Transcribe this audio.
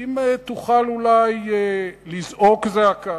האם תוכל אולי לזעוק זעקה?